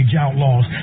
Outlaws